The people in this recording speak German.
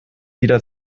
wieder